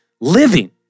living